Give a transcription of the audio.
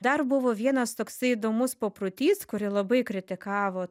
dar buvo vienas toksai įdomus paprotys kurį labai kritikavo